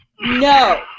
No